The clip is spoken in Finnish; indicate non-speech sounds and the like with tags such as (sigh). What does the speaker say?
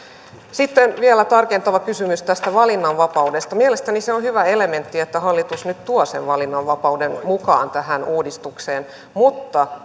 sitten vielä tarkentava kysymys tästä valinnanvapaudesta mielestäni se on hyvä elementti että hallitus nyt tuo sen valinnanvapauden mukaan tähän uudistukseen mutta (unintelligible)